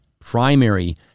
primary